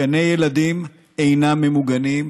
גני ילדים אינם ממוגנים,